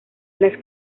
las